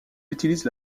utilise